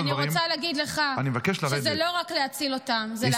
-- כי אני רוצה להגיד לך שזה לא רק להציל אותם -- אני מבקש לרדת.